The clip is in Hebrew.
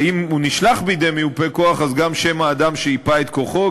ואם הוא נשלח בידי מיופה-כוח אז גם שם האדם שייפה את כוחו,